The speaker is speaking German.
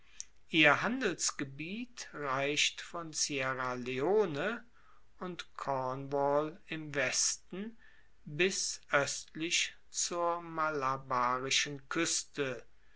ihr handelsgebiet reicht von sierra leone und cornwall im westen bis oestlich zur malabarischen kueste